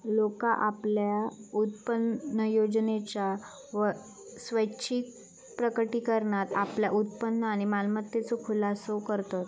लोका आपल्या उत्पन्नयोजनेच्या स्वैच्छिक प्रकटीकरणात आपल्या उत्पन्न आणि मालमत्तेचो खुलासो करतत